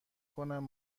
کنم